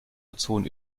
ozon